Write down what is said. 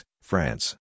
France